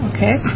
Okay